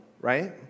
right